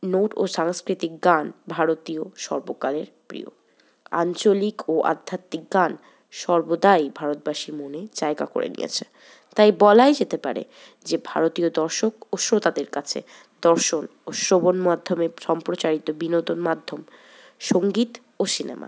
note ও সাংস্কৃতিক গান ভারতের সর্বকালের প্রিয় আঞ্চলিক ও আধ্যাত্মিক গান সর্বদাই ভারতবাসীর মনে জায়গা করে নিয়েছে তাই বলাই যেতে পারে যে ভারতীয় দর্শক ও শ্রোতাদের কাছে দর্শন ও শ্রবণ মাধ্যমে সম্প্রচারিত বিনোদন মাধ্যম সঙ্গীত ও সিনেমা